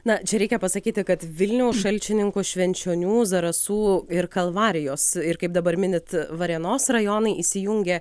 na čia reikia pasakyti kad vilniaus šalčininkų švenčionių zarasų ir kalvarijos ir kaip dabar minit varėnos rajonai įsijungia